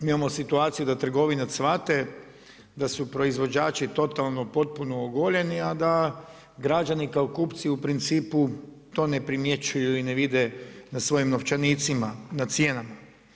Mi imamo situaciju da trgovina cvate, da su proizvođači totalno potpuno ogoljeni a da građani kao kupci u principu to ne primjećuju ili ne vide na svojim novčanicima, na cijenama.